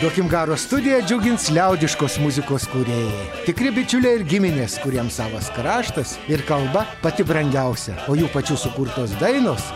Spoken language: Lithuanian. duokim garo studija džiugins liaudiškos muzikos kūrėjai tikri bičiuliai ir giminės kuriems savas kraštas ir kalba pati brangiausia o jų pačių sukurtos dainos